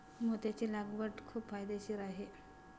मोत्याची लागवड खूप फायदेशीर आहे